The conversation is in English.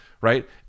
right